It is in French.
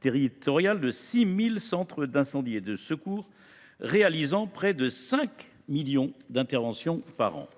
territorial de 6 000 centres d’incendie et de secours, réalisant près de 5 millions d’interventions par an.